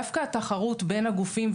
דווקא התחרות בין הגופים,